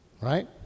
Right